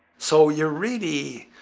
so you're really